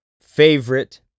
favorite